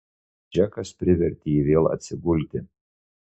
džekas privertė jį vėl atsigulti